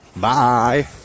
Bye